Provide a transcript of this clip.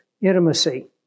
intimacy